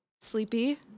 Sleepy